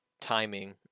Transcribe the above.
timing